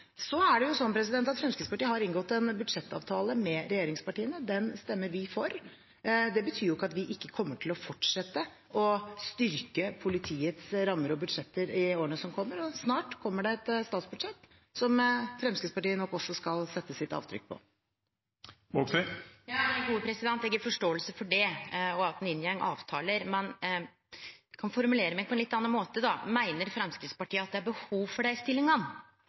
har Fremskrittspartiet inngått en budsjettavtale med regjeringspartiene. Den stemmer vi for. Det betyr jo ikke at vi ikke kommer til å fortsette å styrke politiets rammer og budsjetter i årene som kommer. Snart kommer det et statsbudsjett som Fremskrittspartiet nok også skal sette sitt avtrykk på. Eg har forståing for det, og for at ein inngår avtaler. Eg kan formulere meg på ein litt annan måte: Meiner Framstegspartiet at det er behov for dei stillingane?